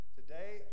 today